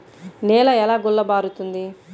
నేల ఎలా గుల్లబారుతుంది?